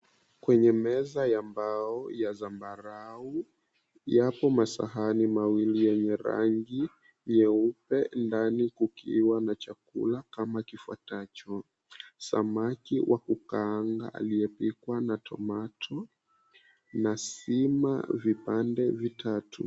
Kwenye meza ya mbao ya zambarau yapo masahani mawili yenye rangi nyeupe ndani kukiwa na chakula kama kifuatacho, samaki wa kukuaangwa aliyepakwa na tomato na sima vipande vitatu.